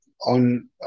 on